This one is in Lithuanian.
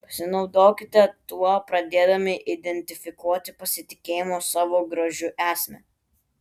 pasinaudokite tuo pradėdami identifikuoti pasitikėjimo savo grožiu esmę